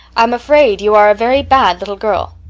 i'm afraid you are a very bad little girl.